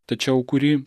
tačiau kuri